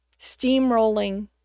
Steamrolling